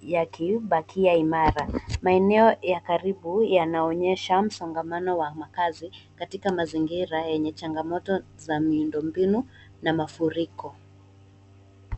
yakibakia imara. Maeneo ya karibu yanaonyesha msongamano wa makazi katika mazingira yenye changamoto za miundombinu na mafuriko.